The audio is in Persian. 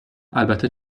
البته